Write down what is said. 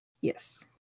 Yes